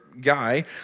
guy